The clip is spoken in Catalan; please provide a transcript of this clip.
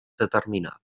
determinada